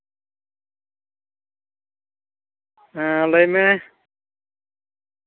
ᱦᱮᱸ ᱞᱟᱹᱭ ᱢᱮ